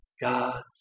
God's